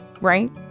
right